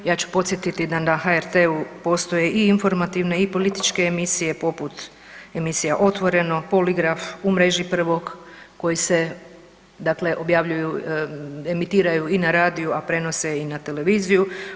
Ja ću podsjetiti da na HRT-u postoji i informativne i političke emisije poput emisija „Otvoreno“, „Poligraf“, „U mreži prvog“ koji se objavljuju emitiraju i na radiju, a prenose i na televiziju.